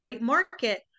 market